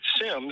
Sims